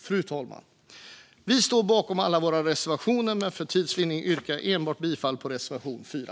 Fru talman! Vi står bakom alla våra reservationer, men för tids vinnande yrkar jag bifall enbart till reservation 4.